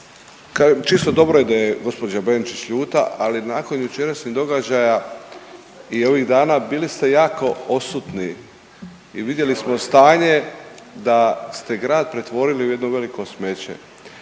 čisto dobro je da je gđa. Benčić ljuta, ali nakon jučerašnjih događaja i ovih dana, bili ste jako odsutni i vidjeli smo stanje da ste grad pretvorili u jedno veliko smeće.